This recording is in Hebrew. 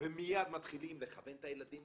ומייד מתחילים לכוון את הילדים.